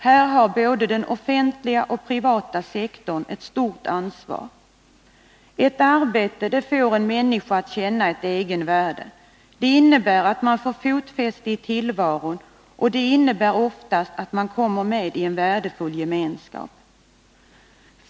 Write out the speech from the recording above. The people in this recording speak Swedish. Här har både den offentliga och den privata sektorn ett stort ansvar. Ett arbete får en människa att känna ett egenvärde. Det innebär att hon får fotfäste i tillvaron och oftast att hon kommer med i en värdefull gemenskap.